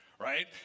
right